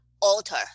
alter